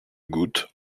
goûte